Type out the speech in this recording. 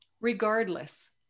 regardless